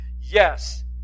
Yes